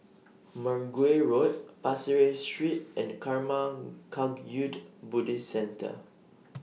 Mergui Road Pasir Ris Street and Karma Kagyud Buddhist Centre